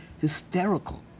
hysterical